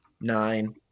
nine